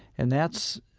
and that's,